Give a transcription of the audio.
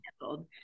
handled